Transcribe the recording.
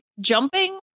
jumping